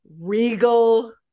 regal